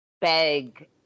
beg